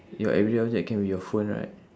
your everyday object can be your phone right